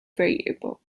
variable